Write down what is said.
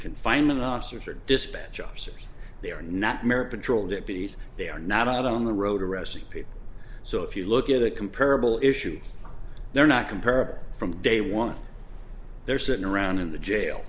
confinement officers or dispatch officers they are not merit patrol deputies they are not out on the road arresting people so if you look at a comparable issue they're not comparable from day one they're sitting around in the jail